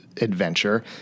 adventure